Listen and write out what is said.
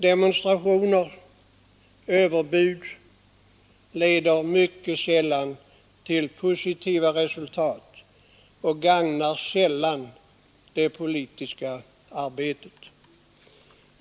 Demonstrationer och överbud leder mycket sällan till positiva resultat och gagnar sällan det politiska arbetet.